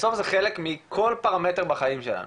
בסוף זה חלק מכל פרמטר בחיים שלנו